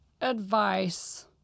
advice